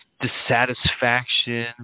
dissatisfaction